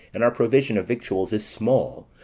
and our provision of victuals is small,